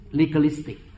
legalistic